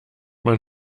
man